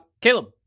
caleb